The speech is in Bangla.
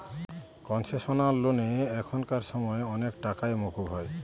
কনসেশনাল লোনে এখানকার সময় অনেক টাকাই মকুব হয়